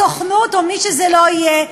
הסוכנות או מי שזה לא יהיה,